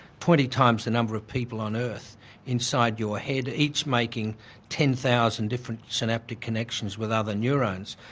twenty times the number of people on earth inside your head, each making ten thousand different synaptic connections with other neurons.